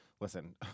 listen